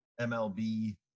MLB